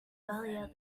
earlier